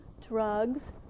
drugs